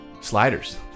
Sliders